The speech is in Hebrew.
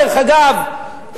דרך אגב,